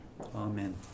amen